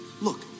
look